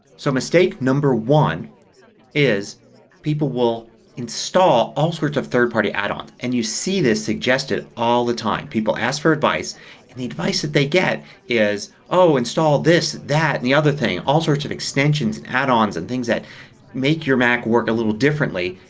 so mistake number one is people will install all sorts of third party add-ons. you see this suggested all the time. people ask for advice and the advice that they get is oh! install this, that, and the other thing. all sorts of extensions and add-ons and things that make your mac work a little differently,